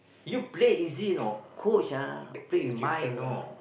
you play easy you know coach ah play in mind you know